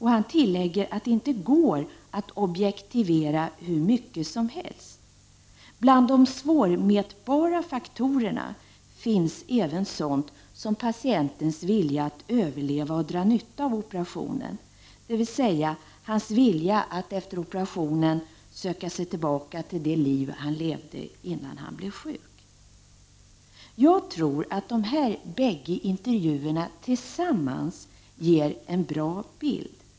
Han tillägger att det inte går att objektivera hur mycket som helst. Bland de svårmätbara faktorerna finns även sådant som patientens vilja att överleva och dra nytta av operationen, dvs. hans vilja att efter operationen söka sig tillbaka till det liv han levde innan han blev sjuk. Jag tror att de här bägge intervjuerna tillsammans ger en bra bild.